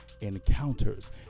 encounters